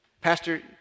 Pastor